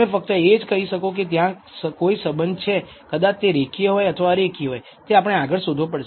તમે ફક્ત એ જ કહી શકો કે ત્યાં કોઈ સંબંધ છે કદાચ તે રેખીય હોય અથવા અરેખીય તે આપણે આગળ શોધવો પડશે